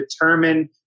determine